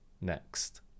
next